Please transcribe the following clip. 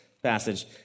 Passage